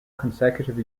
consecutive